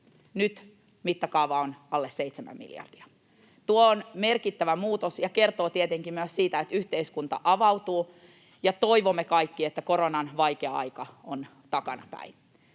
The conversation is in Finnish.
nyt mittakaava on alle 7 miljardia. Tuo on merkittävä muutos ja kertoo tietenkin myös siitä, että yhteiskunta avautuu, ja toivomme kaikki, että koronan vaikea aika on takanapäin.